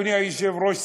אדוני היושב-ראש,